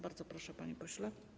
Bardzo proszę, panie pośle.